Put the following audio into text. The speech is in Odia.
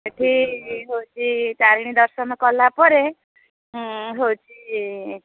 ସେଠି ହେଉଛି ତାରିଣୀ ଦର୍ଶନ କଲା ପରେ ହେଉଛି